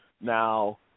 Now